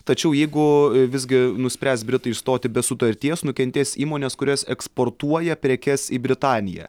tačiau jeigu visgi nuspręs britai išstoti be sutarties nukentės įmonės kurios eksportuoja prekes į britaniją